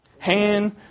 Hand